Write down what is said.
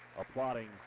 applauding